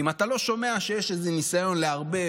אם אתה לא שומע שיש איזה ניסיון לערבב